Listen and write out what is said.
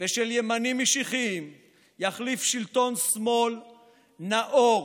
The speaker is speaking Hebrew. ושל ימנים משיחיים יחליף שלטון שמאל נאור,